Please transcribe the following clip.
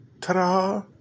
ta-da